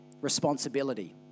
responsibility